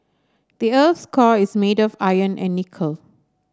the earth's core is made of iron and nickel